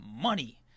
money